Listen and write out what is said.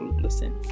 listen